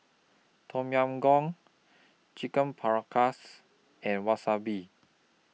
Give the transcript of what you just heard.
Tom Yam Goong Chicken Paprikas and Wasabi